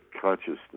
consciousness